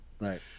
right